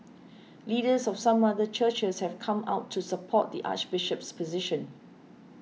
leaders of some other churches have come out to support the Archbishop's position